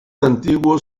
antiguos